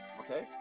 okay